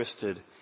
twisted